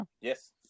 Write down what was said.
Yes